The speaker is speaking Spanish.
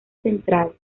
central